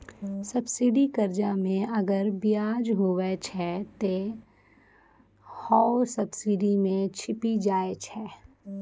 subsidy कर्जा मे अगर बियाज हुवै छै ते हौ सब्सिडी मे छिपी जाय छै